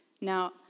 Now